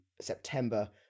September